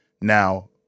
Now